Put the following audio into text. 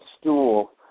stool